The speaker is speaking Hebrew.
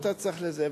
אתה צריך זה.